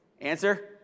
Answer